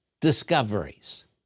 discoveries